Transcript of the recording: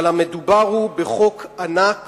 אבל המדובר הוא בחוק ענק